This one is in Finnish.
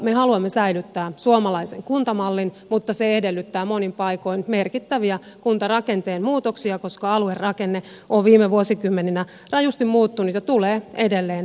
me haluamme säilyttää suomalaisen kuntamallin mutta se edellyttää monin paikoin merkittäviä kuntarakenteen muutoksia koska aluerakenne on viime vuosikymmeninä rajusti muuttunut ja tulee edelleen muuttumaan